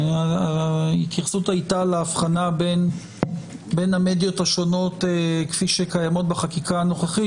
ההתייחסות הייתה לאבחנה בין המדיות השונות כפי שקיימות בחקיקה הנוכחית,